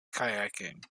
kayaking